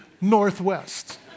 Northwest